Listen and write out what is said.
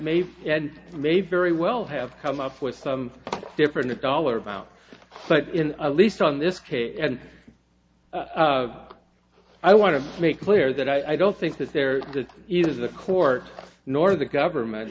and may very well have come up with some different dollar amount but in least on this case and i want to make clear that i don't think that there is a court nor the government